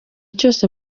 cyose